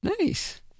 Nice